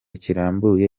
kirambuye